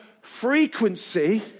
frequency